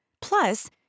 Plus